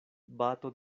bato